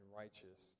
righteous